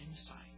insight